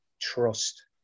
trust